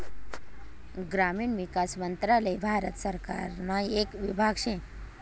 ग्रामीण विकास मंत्रालय भारत सरकारना येक विभाग शे